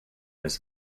his